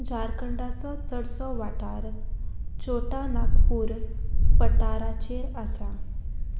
झारखंडाचो चडसो वाठार छोटा नागपूर पटाराचेर आसा